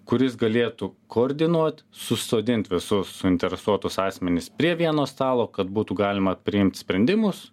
kuris galėtų koordinuot susodint visus suinteresuotus asmenis prie vieno stalo kad būtų galima priimt sprendimus